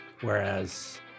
whereas